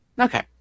Okay